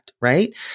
right